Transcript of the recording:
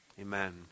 amen